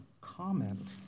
comment